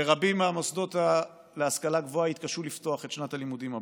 ברבים מהמוסדות להשכלה גבוהה יתקשו לפתוח את שנת הלימודים הבאה.